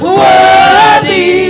worthy